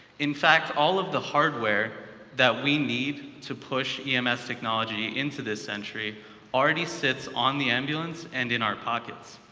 in fact, all of the hardware that we need to push ems technology into this century already sits on the ambulance and in our pockets.